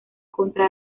contra